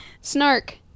Snark